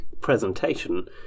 presentation